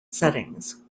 settings